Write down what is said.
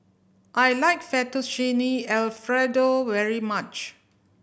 I like Fettuccine Alfredo very much